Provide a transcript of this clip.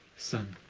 son,